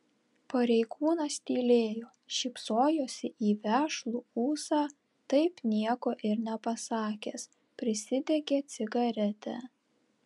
pareigūnas tylėjo šypsojosi į vešlų ūsą taip nieko ir nepasakęs prisidegė cigaretę